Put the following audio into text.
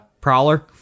prowler